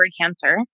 cancer